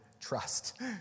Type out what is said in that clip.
trust